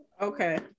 okay